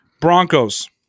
Broncos